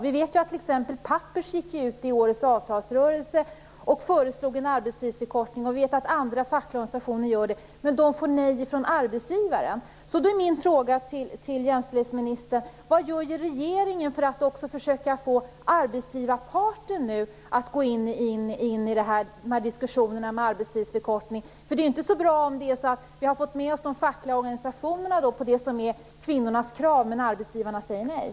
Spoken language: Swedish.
Vi vet ju att t.ex. Pappers gick ut i årets avtalsrörelse och föreslog en arbetstidsförkortning, och jag vet att andra fackliga organisationer gör det också, men de får nej från arbetsgivarna. Vad gör regeringen för att försöka få också arbetsgivarparten att gå in i diskussionerna om arbetstidsförkortning? Det är ju inte så bra om vi har fått med oss de fackliga organisationerna på det som är kvinnornas krav, men arbetsgivarna säger nej.